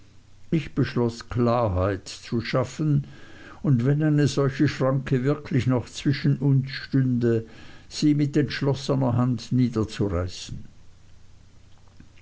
ich beschloß klarheit zu schaffen und wenn eine solche schranke wirklich noch zwischen uns bestünde sie mit entschlossener hand niederzureißen